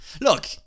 Look